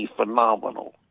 phenomenal